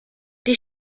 die